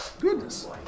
Goodness